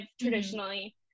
traditionally